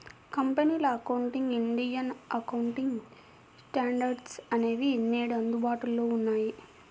కంపెనీల accounting, Indian accounting standards అనేవి నేడు అందుబాటులో ఉన్నాయి